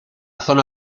zona